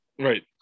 Right